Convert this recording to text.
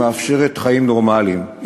שמאפשרת חיים נורמליים.